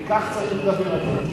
וכך צריך לדבר על זה.